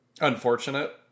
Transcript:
unfortunate